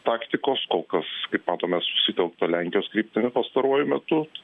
taktikos kol kas kaip matome susitelkta lenkijos kryptimi pastaruoju metu